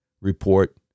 report